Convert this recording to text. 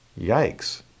Yikes